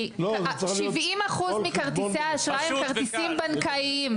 70% מכרטיסי האשראי הם כרטיסים בנקאיים,